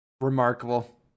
remarkable